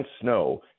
snow